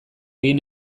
egin